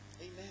Amen